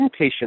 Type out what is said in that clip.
inpatient